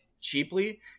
cheaply